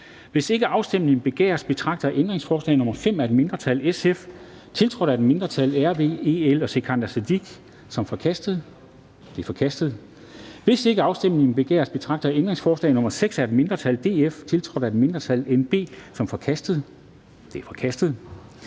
Hvis ikke afstemning begæres, betragter jeg ændringsforslag nr. 6 af et mindretal (DF), tiltrådt af et mindretal (NB), som forkastet. Det er forkastet. Hvis ikke afstemning begæres, betragter jeg ændringsforslag nr. 7 af et mindretal (SF), tiltrådt af et mindretal (RV, EL og Sikandar